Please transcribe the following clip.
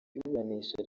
iburanisha